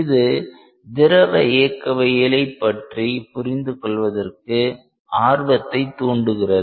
இது திரவ இயக்கவியலை பற்றி புரிந்து கொள்வதற்கு ஆர்வத்தை தூண்டுகிறது